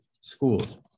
schools